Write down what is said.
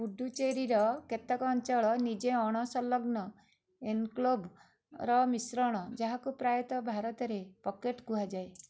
ପୁଡୁଚେରୀର କେତେକ ଅଞ୍ଚଳ ନିଜେ ଅଣସଂଲଗ୍ନ ଏନକ୍ଲେଭ୍ ର ମିଶ୍ରଣ ଯାହାକୁ ପ୍ରାୟତଃ ଭାରତରେ ପକେଟ୍ କୁହାଯାଏ